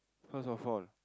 first of all